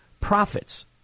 profits